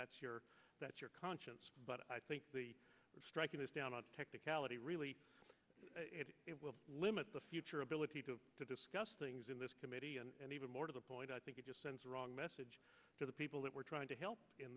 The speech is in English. that's your that's your conscience but i think the striking down on a technicality really it will limit the future ability to discuss things in this committee and even more to the point i think it just sends the wrong message to the people that we're trying to